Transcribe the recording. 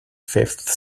fifth